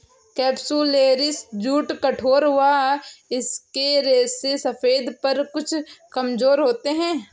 capsularis jute कठोर व इसके रेशे सफेद पर कुछ कमजोर होते हैं